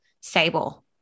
stable